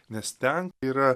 nes ten yra